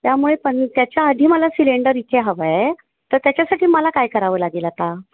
त्यामुळे पण त्याच्याआधी मला सिलेंडर इथे हवं आहे तर त्याच्यासाठी मला काय करावं लागेल आता